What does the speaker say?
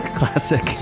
classic